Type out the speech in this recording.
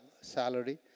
Salary